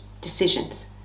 decisions